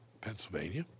Pennsylvania